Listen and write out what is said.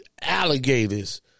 alligators